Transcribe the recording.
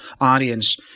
audience